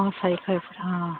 অঁ অঁ